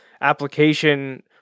application